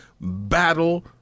battle